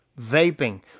Vaping